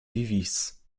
vivis